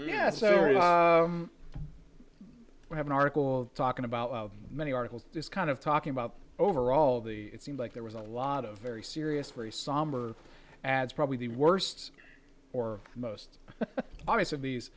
we have an article talking about many articles this kind of talking about overall the it seemed like there was a lot of very serious very somber ads probably the worst or most obvious of these